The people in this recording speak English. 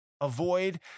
Avoid